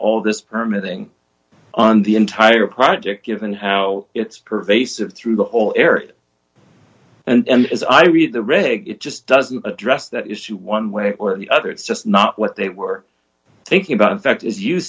all this permitting on the entire project given how it's pervasive through the whole area and as i read the reg it just doesn't address that issue one way or the other it's just not what they were thinking about in fact as you